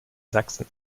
sachsen